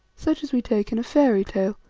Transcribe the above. such as we take in a fairy tale,